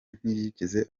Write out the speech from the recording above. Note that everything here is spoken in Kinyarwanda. ntiyigeze